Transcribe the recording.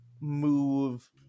move